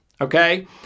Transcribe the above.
Okay